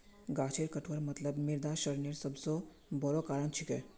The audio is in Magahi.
गाछेर कटवार मतलब मृदा क्षरनेर सबस बोरो कारण छिके